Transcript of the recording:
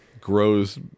grows